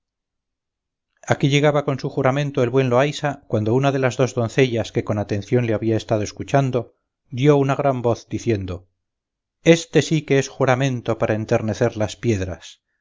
aquí llegaba con su juramento el buen loaysa cuando una de las dos doncellas que con atención le había estado escuchando dio una gran voz diciendo este sí que es juramento para enternecer las piedras